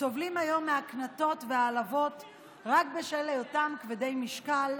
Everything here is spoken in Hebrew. סובלים היום מהקנטות והעלבות רק בשל היותם כבדי משקל,